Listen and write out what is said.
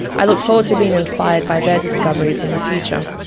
i look forward to being inspired by their discoveries in the future.